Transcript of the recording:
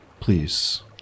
Please